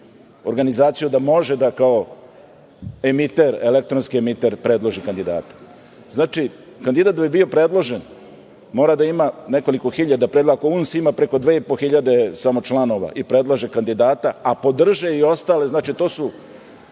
organizaciju, da može da kao emiter, elektronski emiter predloži kandidata. Znači, kandidat da bi bio predložen mora da ima nekoliko hiljada. Na primer, ako UNS ima preko 2.500 samo članova i predlaže kandidata, a podrže i ostali, znači, to je